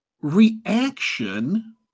reaction